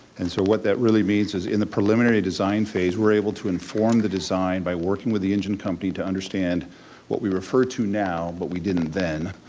and so what that really means is in the preliminary design phase we're able to inform the design by working with the engine company to understand what we refer to now, but we didn't then,